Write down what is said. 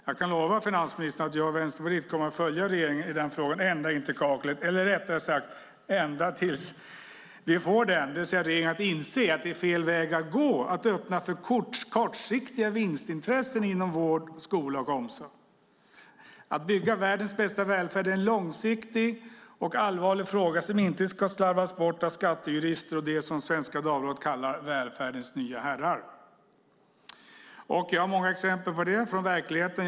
Jag kan lova finansministern att jag och Vänsterpartiet kommer att följa regeringen i den frågan ända in i kaklet, eller rättare sagt ända tills vi får regeringen att inse att det är fel väg att gå att öppna för kortsiktiga vinstintressen inom vård, skola och omsorg. Att bygga världens bästa välfärd är en långsiktig och allvarlig fråga som inte ska slarvas bort av skattejurister och det som Svenska Dagbladet kallar "välfärdens nya herrar". Jag har många exempel på det från verkligheten.